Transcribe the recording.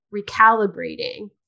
recalibrating